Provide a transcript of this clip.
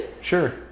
Sure